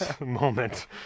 moment